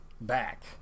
back